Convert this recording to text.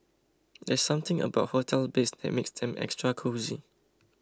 there's something about hotel beds that makes them extra cosy